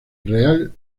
real